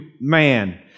man